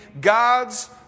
God's